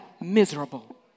miserable